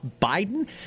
Biden